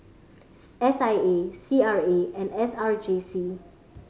S I A C R A and S R J C